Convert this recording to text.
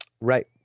right